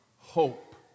hope